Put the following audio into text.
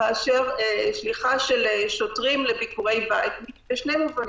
מאשר שליחה של שוטרים לביקורי בית בשני מובנים.